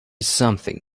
something